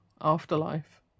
afterlife